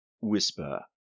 Whisper